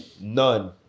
None